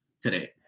today